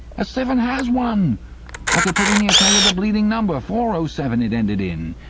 a seven as won! i could pretty near tell you the bleeding number. four oh seven, it ended in.